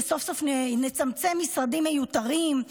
שסוף-סוף נצמצמם משרדים ושרים מיותרים,